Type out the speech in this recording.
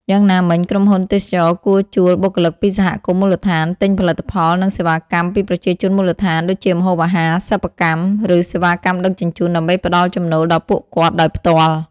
យ៉ាងណាមិញ ក្រុមហ៊ុនទេសចរណ៍គួរជួលបុគ្គលិកពីសហគមន៍មូលដ្ឋាន ទិញផលិតផលនិងសេវាកម្មពីប្រជាជនមូលដ្ឋានដូចជាម្ហូបអាហារ សិប្បកម្ម ឬសេវាកម្មដឹកជញ្ជូន ដើម្បីផ្ដល់ចំណូលដល់ពួកគាត់ដោយផ្ទាល់។